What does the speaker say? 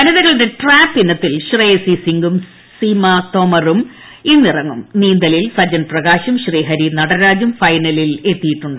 വനിതകളുട്ടു ്യാപ്പ് ഇനത്തിൽ ശ്രേയസി സിംഗും സീമാ തോമറും ഇന്ന് ഇറ്റങ്ങുർ നീന്തലിൽ സജൻ പ്രകാശും ശ്രീഹരി നടരാജും ഫൈനലിലെത്തിയിട്ടുണ്ട്